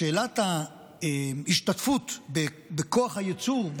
בשאלת השתתפות בכוח הייצור,